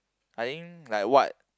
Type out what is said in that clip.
I think like what